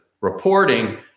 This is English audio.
reporting